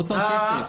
עוד פעם: כסף.